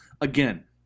Again